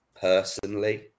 personally